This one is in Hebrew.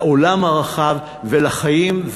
לעולם הרחב ולחיים,